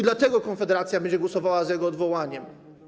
Dlatego Konfederacja będzie głosowała za jego odwołaniem.